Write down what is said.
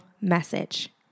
message